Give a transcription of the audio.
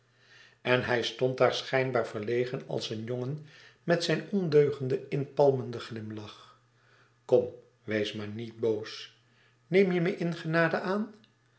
en hij stond daar schijnbaar verlegen als een jongen met zijn ondeugenden inpalmenden glimlach kom wees maar niet boos neem je me in genade aan